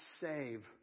save